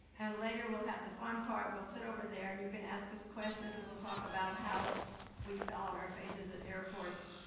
and later we'll have the fun part. we'll sit over there and you can ask us questions and we'll talk about how we fell on our faces at airports.